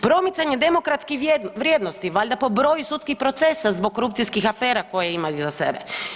Promicanje demokratskih vrijednosti valjda po broju sudskih procesa zbog korupcijskih afera koje ima iza sebe.